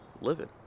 living